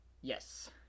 Yes